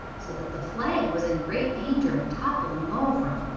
so that the flag was in great danger of toppling over.